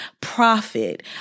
profit